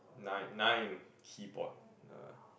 nine nine keyboard uh